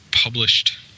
Published